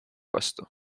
vastu